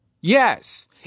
Yes